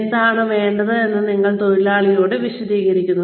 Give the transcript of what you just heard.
എന്താണ് വേണ്ടതെന്ന് നിങ്ങൾ തൊഴിലാളിയോട് വിശദീകരിക്കുന്നു